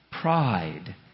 pride